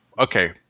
Okay